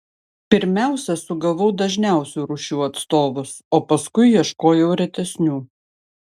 pirmiausia sugavau dažniausių rūšių atstovus o paskui ieškojau retesnių